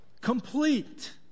complete